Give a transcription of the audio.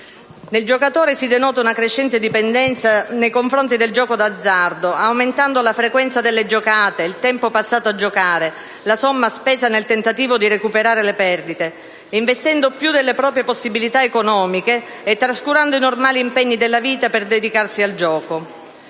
Nel giocatore si denota una crescente dipendenza nei confronti del gioco d'azzardo, poiché egli aumenta la frequenza delle giocate, il tempo passato a giocare e la somma spesa nel tentativo di recuperare le perdite, investe più delle proprie possibilità economiche e trascura i normali impegni della vita per dedicarsi al gioco.